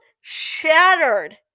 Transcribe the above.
shattered